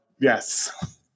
yes